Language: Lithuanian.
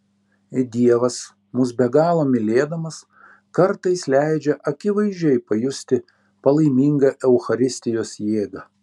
dievas mus be galo mylėdamas kartais leidžia akivaizdžiai pajusti palaimingą eucharistijos jėgą